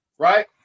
Right